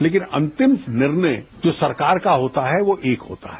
लेकिन अंतिम निर्णय जो सरकार का होता है वो एक होता है